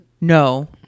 no